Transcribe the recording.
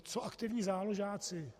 Co aktivní záložáci?